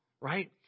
right